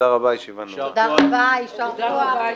נגד אין נמנעים אין הצעת חוק המאבק בטרור (תיקון מס' 4)